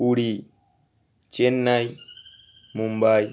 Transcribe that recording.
Puri Chennai Mumbai